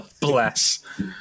Bless